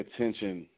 attention